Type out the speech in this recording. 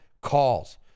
calls